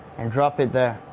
and drop it there.